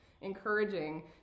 encouraging